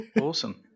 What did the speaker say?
Awesome